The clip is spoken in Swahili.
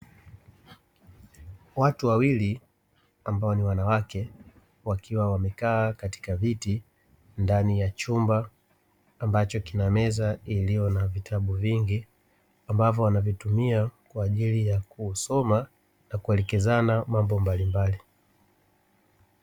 Watu wawili ambao ni wanawake wakiwa wamekaa katika viti ndani ya chumba ambacho kina meza iliyo na vitabu vingi, ambavyo wanavitumia kwa ajili ya kusoma na kuelekezana mambo mbalimbali.